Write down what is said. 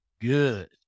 good